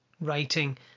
writing